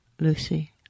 Lucy